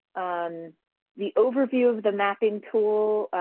um the overview of the mapping tool